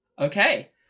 Okay